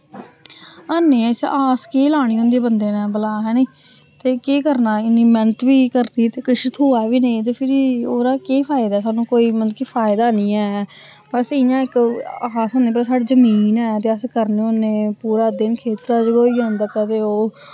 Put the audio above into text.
अन्नी इस आस केह् लानी होंदी बंदे ने भला हैनी ते केह् करना इन्नी मैह्नत बी करनी ते किश थ्होए बी नेईं ते फिर ओह्दा केह् फैदा सानू कोई मतलब कि फैदा निं ऐ बस इ'यां इक आस होंदी भला साढ़ी जमीन ऐ ते अस करने होन्ने पूरा दिन खेत्तरा च गै होई जंदा कदै ओह्